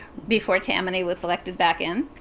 before tammany was elected back in,